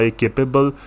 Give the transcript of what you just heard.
capable